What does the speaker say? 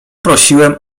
prosiłem